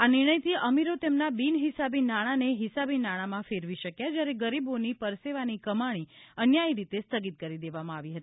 આ નિર્ણયથી અમીરો તેમના બિનહિસાબી નાણાંને હિસાબી નાણાંમાં ફેરવી શક્યા જ્યારે ગરીબોની પરસેવાની કમાણી અન્યાયી રીતે સ્થગિત કરી દેવામાં આવી હતી